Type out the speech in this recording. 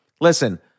listen